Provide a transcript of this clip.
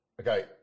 Okay